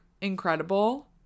incredible